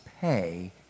pay